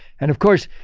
and of course,